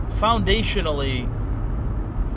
foundationally